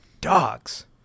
dogs